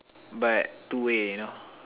but two way you know